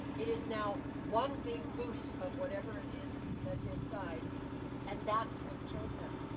it is now one big boost of whatever it is that's inside and that's what kills them.